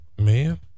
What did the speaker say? man